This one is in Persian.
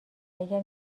اگر